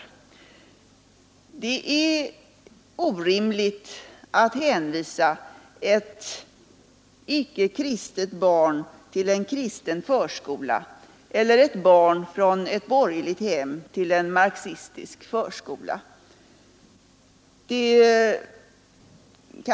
Det är orimligt att hänvisa ett icke kristet barn till en kristen förskola eller ett barn från ett borgerligt hem till en marxistisk förskola.